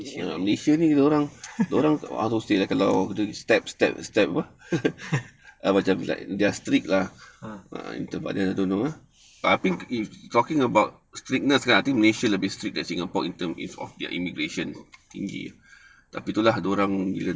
malaysia ni